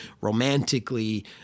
romantically